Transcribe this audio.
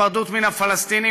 היפרדות מן הפלסטינים,